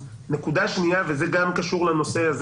נקודה שנייה וזה גם קשור לנושא הזה